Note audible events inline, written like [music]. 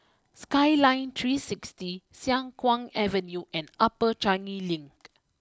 Skyline three sixty Siang Kuang Avenue and Upper Changi Link [noise]